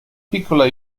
piccola